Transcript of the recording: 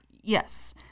yes